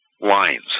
lines